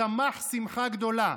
שמח שמחה גדולה.